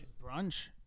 Brunch